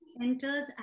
enters